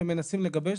הם מנסים לגבש,